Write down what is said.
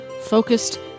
focused